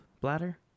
bladder